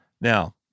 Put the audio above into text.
Now